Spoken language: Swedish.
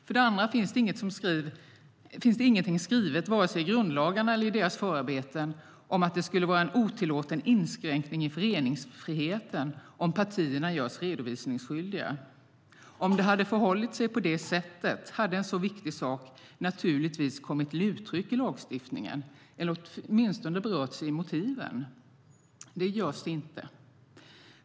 För det andra finns det ingenting skrivet vare sig i grundlagarna eller i deras förarbeten om att det skulle vara en otillåten inskränkning i föreningsfriheten om partierna görs redovisningsskyldiga. Om det hade förhållit sig på det sättet hade en så viktig sak naturligtvis kommit till uttryck i lagstiftningen eller åtminstone berörts i motiven. Det gör den inte.